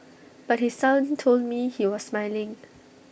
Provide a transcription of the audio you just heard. but his son told me he was smiling